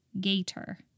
Gator